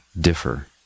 differ